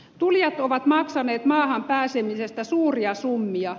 tulijat ovat maksaneet maahan pääsemisestä suuria summia